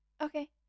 okay